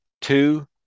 Two